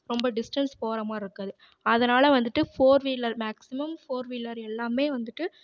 ரொம்ப டிஸ்டன்ஸ் போகிற மாதிரி இருக்காது அதனால் வந்துட்டு ஃபோர்வீலர் மேக்சிமம் ஃபோர்வீலர் எல்லாம் வந்துட்டு